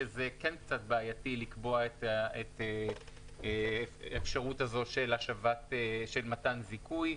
שזה כן קצת בעייתי לקבוע את האפשרות הזאת של מתן זיכוי.